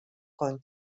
kong